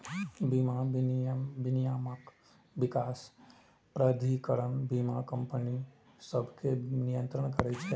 बीमा विनियामक विकास प्राधिकरण बीमा कंपनी सभकें नियंत्रित करै छै